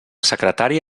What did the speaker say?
secretari